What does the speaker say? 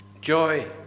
Joy